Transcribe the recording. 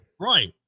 Right